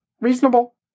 Reasonable